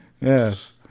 Yes